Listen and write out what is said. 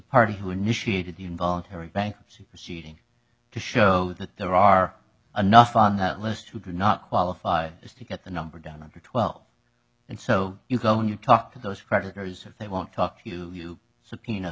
party who initiated the involuntary bankruptcy proceeding to show that there are enough on that list who do not qualify just to get the number down under twelve and so you go when you talk to those creditors they won't talk to you subpoena